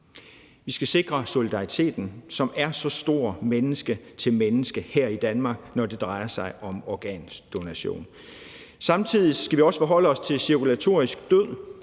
Vi skal sikre solidariteten, som er så stor menneske til menneske her i Danmark, når det drejer sig om organdonation. Samtidig skal vi også forholde os til cirkulatorisk død,